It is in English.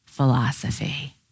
philosophy